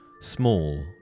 small